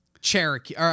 Cherokee